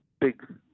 big